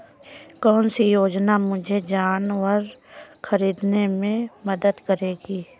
कौन सी योजना मुझे जानवर ख़रीदने में मदद करेगी?